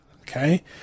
okay